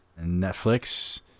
netflix